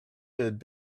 had